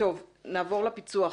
נעבור לפיצו"ח.